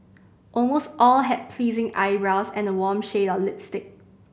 almost all had pleasing eyebrows and a warm shade of lipstick